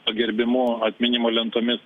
pagerbimu atminimo lentomis